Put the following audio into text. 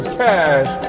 cash